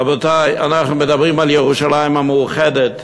רבותי, אנחנו מדברים על ירושלים המאוחדת,